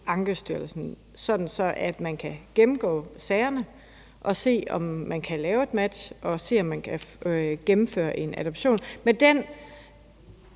Ankestyrelsen, sådan at man kan gennemgå sagerne og se, om man kan lave et match, og se, om man kan gennemføre en adoption,